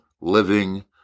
living